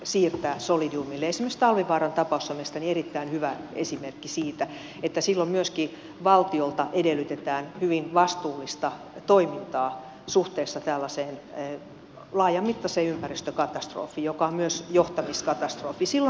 esimerkiksi talvivaaran tapaus on mielestäni erittäin hyvä esimerkki siitä että silloin myöskin valtiolta edellytetään hyvin vastuullista toimintaa suhteessa tällaiseen laajamittaiseen ympäristökatastrofiin joka on myös johtamiskatastrofi